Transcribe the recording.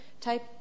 type